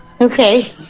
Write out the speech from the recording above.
okay